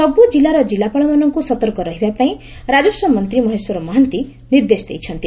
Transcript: ସବୁ କିଲ୍ଲାର କିଲ୍ଲାପାଳମାନଙ୍କୁ ସତର୍କ ରହିବାପାଇଁ ରାଜସ୍ୱ ମନ୍ତୀ ମହେଶ୍ୱର ମହାନ୍ତି ନିର୍ଦ୍ଦେଶ ଦେଇଛନ୍ତି